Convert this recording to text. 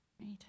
Right